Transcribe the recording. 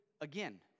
again